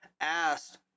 asked